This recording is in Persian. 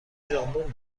ژامبون